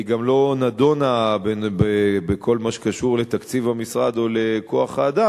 והיא גם לא נדונה בכל מה שקשור לתקציב המשרד או לכוח-האדם.